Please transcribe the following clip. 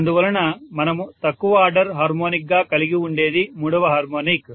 అందువలన మనము తక్కువ ఆర్డర్ హార్మోనిక్ గా కలిగి ఉండేది మూడవ హార్మోనిక్